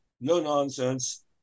no-nonsense